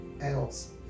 else